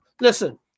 listen